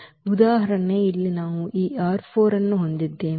ಉದಾಹರಣೆಗೆ ಇಲ್ಲಿ ನಾವು ಈ ಅನ್ನು ಹೊಂದಿದ್ದೇವೆ